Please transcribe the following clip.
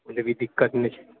कोई भी दिक्कत नहि छै